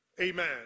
Amen